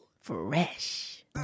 fresh